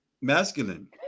masculine